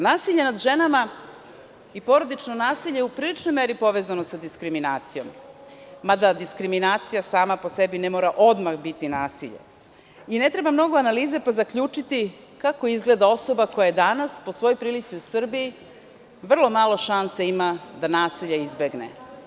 Nasilje nad ženama i porodično nasilje je u priličnoj meri povezano sa diskriminacijom, mada diskriminacija sama po sebi ne mora odmah biti nasilje i ne treba mnogo analize pa zaključiti kako izgleda osoba koja danas po svoj prilici u Srbiji vrlo malo šanse ima da nasilje izbegne.